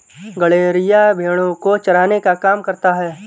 गड़ेरिया भेड़ो को चराने का काम करता है